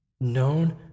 known